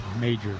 major